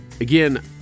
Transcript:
Again